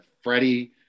Freddie